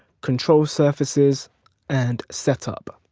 control surfaces and setup.